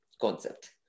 concept